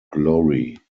glory